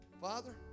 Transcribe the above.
Father